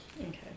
Okay